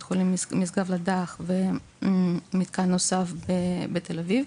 חולים משגב לדך ומתקן נוסף בתל-אביב